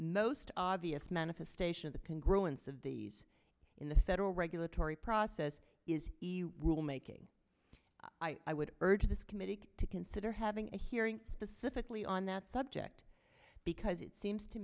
most obvious manifestation of the can grow instead of these in the federal regulatory process is the rule making i would urge this committee to consider having a hearing specifically on that subject because it seems to